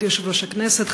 כבוד יושב-ראש הכנסת,